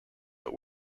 but